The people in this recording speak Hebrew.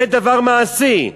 זה דבר מעשי.